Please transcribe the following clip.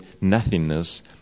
nothingness